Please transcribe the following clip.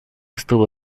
estuvo